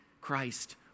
Christ